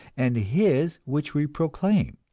and his which we proclaim.